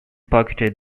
pocketed